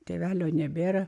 tėvelio nebėra